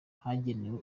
hagenewe